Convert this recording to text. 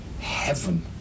Heaven